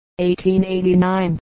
1889